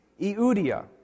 Eudia